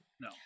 no